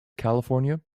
california